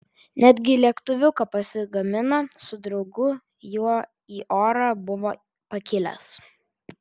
netgi lėktuviuką pasigamino su draugu juo į orą buvo pakilęs